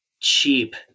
cheap